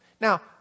Now